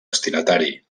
destinatari